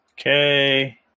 Okay